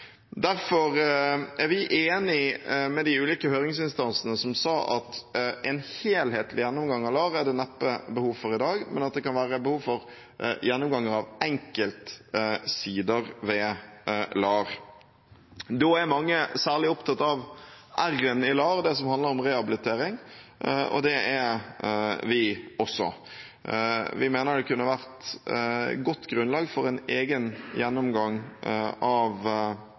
Derfor er vi enig med de ulike høringsinstansene som sa at en helhetlig gjennomgang av LAR er det neppe behov for i dag, men at det kan være behov for gjennomganger av enkeltsider ved LAR. Da er mange særlig opptatt av R-en i LAR, det som handler om rehabilitering, og det er vi også. Vi mener det kunne vært godt grunnlag for en egen gjennomgang av